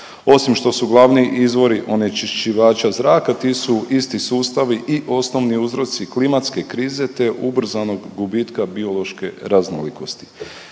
Osim što su glavni izvori onečišćivača zraka ti su isti sustavi i osnovni uzroci klimatske krize, te ubrzanog gubitka biološke raznolikosti.